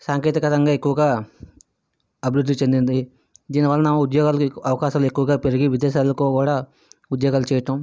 సాంకేతికతంగా ఎక్కువగా అభివృద్ధి చెందింది దీని వలన ఉద్యోగాలకు అవకాశాలు ఎక్కువగా పెరిగే విదేశాలకు కూడా ఉద్యోగాలు చేయటం